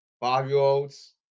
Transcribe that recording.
Five-year-olds